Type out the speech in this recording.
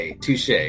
Touche